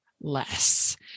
less